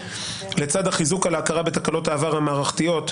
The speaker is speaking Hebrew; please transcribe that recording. לצד החיזוק על ההכרה בתקלות העבר המערכתיות,